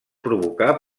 provocar